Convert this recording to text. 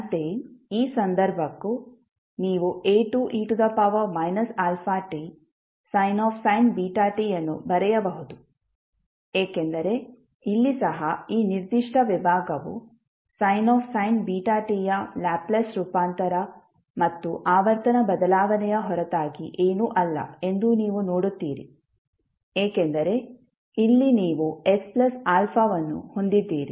ಅಂತೆಯೇ ಈ ಸಂದರ್ಭಕ್ಕೂ ನೀವು A2e αtsin βt ಅನ್ನು ಬರೆಯಬಹುದು ಏಕೆಂದರೆ ಇಲ್ಲಿ ಸಹ ಈ ನಿರ್ದಿಷ್ಟ ವಿಭಾಗವು sin βtಯ ಲ್ಯಾಪ್ಲೇಸ್ ರೂಪಾಂತರ ಮತ್ತು ಆವರ್ತನ ಬದಲಾವಣೆಯ ಹೊರತಾಗಿ ಏನೂ ಅಲ್ಲ ಎಂದು ನೀವು ನೋಡುತ್ತೀರಿ ಏಕೆಂದರೆ ಇಲ್ಲಿ ನೀವು sα ಅನ್ನು ಹೊಂದಿದ್ದೀರಿ